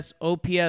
OPS